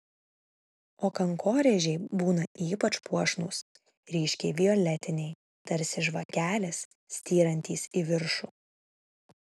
o kankorėžiai būna ypač puošnūs ryškiai violetiniai tarsi žvakelės styrantys į viršų